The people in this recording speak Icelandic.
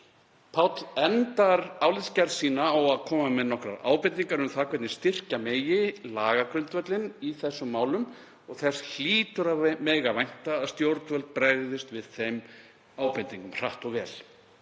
Páll endar álitsgerð sína á að koma með nokkrar ábendingar um það hvernig styrkja megi lagagrundvöllinn í þessum málum. Þess hlýtur að mega vænta að stjórnvöld bregðist við þeim ábendingum hratt og vel.